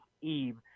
Eve